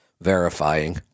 verifying